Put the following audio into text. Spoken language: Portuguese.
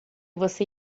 você